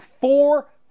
four